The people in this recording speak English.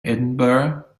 edinburgh